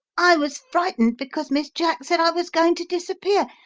i was frightened because miss jack said i was going to disappear.